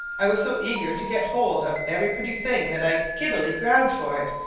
i was so eager to get hold of every pretty thing that i giddily grabbed for it,